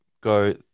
Go